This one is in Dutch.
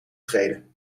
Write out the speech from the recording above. treden